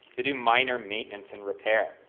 to do minor maintenance and repair.